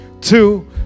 Two